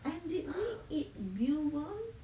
and did we eat real worm